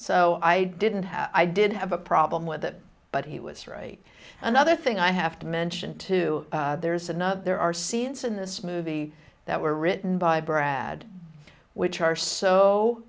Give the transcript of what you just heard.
so i didn't have i did have a problem with that but he was right another thing i have to mention too there's another there are scenes in this movie that were written by brad which are so